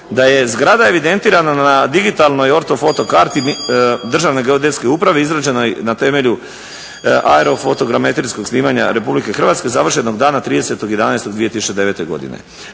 da je zgrada evidentirana na digitalnoj ortofoto karti Državne geodetske uprave izrađenoj na temelju aerofotogrametrijskog snimanja Republike Hrvatske završenog dana 30.11.2009. godine.